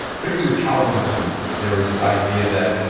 particularly with calvinism there was this idea that,